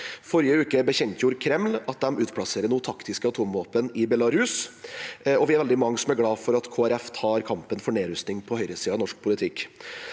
Forrige uke bekjentgjorde Kreml at de nå utplasserer taktiske atomvåpen i Belarus. Vi er veldig mange som er glad for at Kristelig Folkeparti tar kampen for nedrustning på høyresiden i norsk politikk.